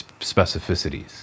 specificities